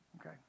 Okay